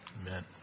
Amen